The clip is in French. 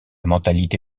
mentalité